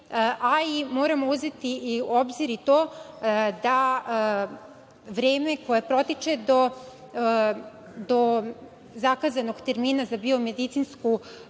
a i moramo uzeti u obzir i to da vreme koje protiče do zakazanog termina za biomedicinski